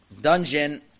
dungeon